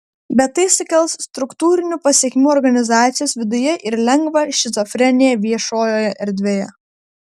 bet tai sukels struktūrinių pasekmių organizacijos viduje ir lengvą šizofreniją viešojoje erdvėje